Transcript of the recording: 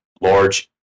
large